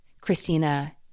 Christina